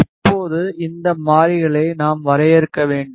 இப்போது இந்த மாறிகளை நாம் வரையறுக்க வேண்டும்